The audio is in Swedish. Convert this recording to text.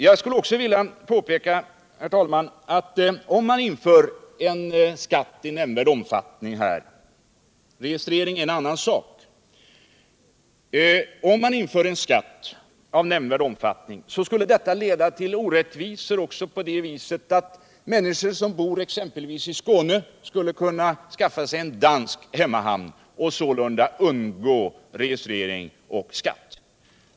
Jag skulle också vilja påpeka att om man inför en båtskatt av nämnvärd omfattning — registrering är en annan sak — då skulle detta leda till orättvisor också på det viset att människor som bor exempelvis i Skåne skulle kunna skaffa sig en dansk hemmahamn och sålunda undgå registrering och skatt.